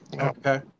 Okay